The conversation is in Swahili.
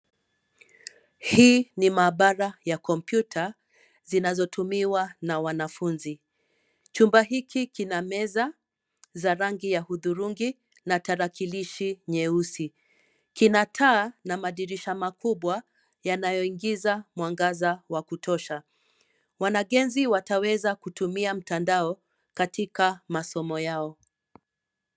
Hii ni maabara ya kpmyuta zinazotumiwa na wanafunzi. Chumba hiki kina meza za rangi ya hudhurungi na tarakilishi nyeusi, kina taa na madirisha makubwa yanayoingiza mwangaza wa kutosha. Wanagenzi wataweza kutumia mtandao katika masomo yao.